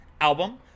album